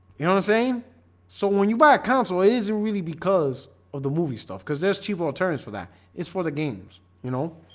you know the same so when you buy a counselor, it isn't really because of the movie stuff because there's cheap alternates for that it's for the games, you know,